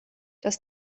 das